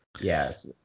yes